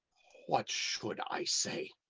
what should i say?